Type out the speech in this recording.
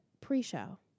pre-show